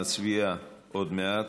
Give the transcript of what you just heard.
נצביע עוד מעט.